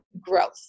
growth